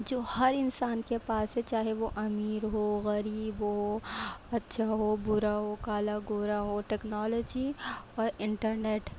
جو ہر انسان کے پاس ہے چاہے وہ امیر ہو غریب ہو اچھا ہو برا ہو کالا گورا ہو ٹیکنالوجی اور انٹرنیٹ